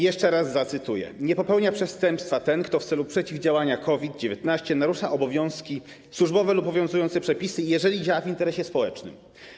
Jeszcze raz zacytuję: Nie popełnia przestępstwa, kto w celu przeciwdziałania COVID-19 narusza obowiązki służbowe lub obowiązujące przepisy, jeżeli działa w interesie społecznym.